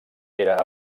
era